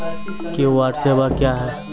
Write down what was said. QR सेवा क्या हैं?